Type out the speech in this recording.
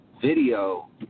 video